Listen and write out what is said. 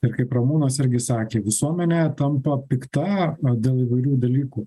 ir kaip ramūnas irgi sakė visuomenė tampa pikta dėl įvairių dalykų